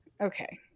okay